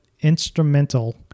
instrumental